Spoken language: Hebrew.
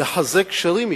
לחזק קשרים אתה.